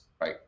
right